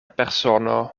persono